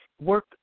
work